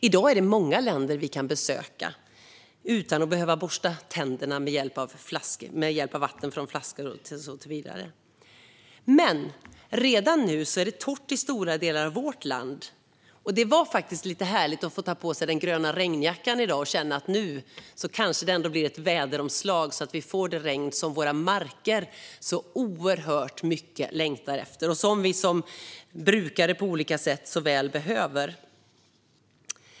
I dag är det många länder vi kan besöka utan att behöva borsta tänderna med hjälp av vatten från en flaska. Men redan nu är det torrt i stora delar av vårt land. Det var faktiskt lite härligt att få ta på sig den gröna regnjackan i dag och känna att det kanske ändå blir ett väderomslag så att vi får det regn som våra marker längtar efter så oerhört mycket och som vi som brukare på olika sätt så väl behöver.